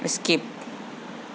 skip